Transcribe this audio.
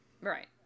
right